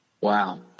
Wow